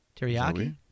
Teriyaki